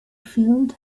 filled